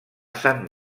sant